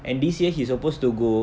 and this year he supposed to go